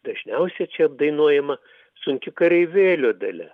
dažniausiai čia apdainuojama sunki kareivėlio dalia